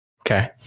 Okay